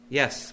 yes